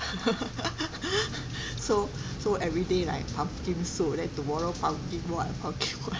so so everyday like pumpkin soup then tomorrow pumpkin what pumpkin what